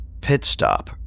Pitstop